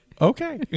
Okay